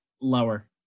Lower